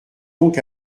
donc